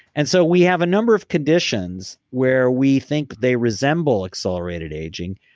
and so we have a number of conditions where we think they resemble accelerated aging,